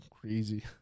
crazy